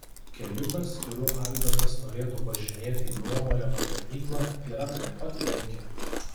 keliukas kuriuo albertas norėtų važinėti į nuomojamą ganyklą yra prie pat tvenkinio